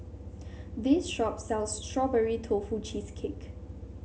this shop sells Strawberry Tofu Cheesecake